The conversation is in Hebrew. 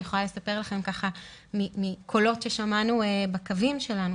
אני יכולה לספר לכם מקולות ששמענו בקווים שלנו,